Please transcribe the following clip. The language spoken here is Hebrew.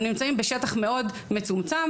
הם נמצאים בשטח מאוד מצומצם,